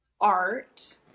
art